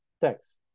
Thanks